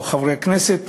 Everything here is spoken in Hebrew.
או חברי הכנסת